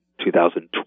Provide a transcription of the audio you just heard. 2012